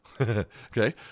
Okay